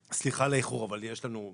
סליחה על האיחור, אבל יש לנו,